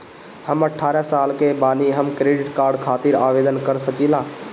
हम अठारह साल के बानी हम क्रेडिट कार्ड खातिर आवेदन कर सकीला?